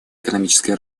экономическое